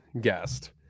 guest